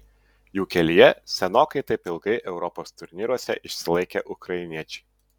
jų kelyje senokai taip ilgai europos turnyruose išsilaikę ukrainiečiai